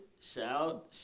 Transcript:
shout